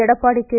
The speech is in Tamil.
எடப்பாடி கே